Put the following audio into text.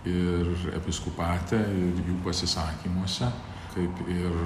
ir episkupate ir jų pasisakymuose kaip ir